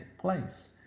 place